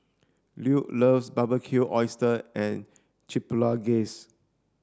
Lue loves Barbecued Oysters and Chipotle Glaze